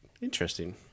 Interesting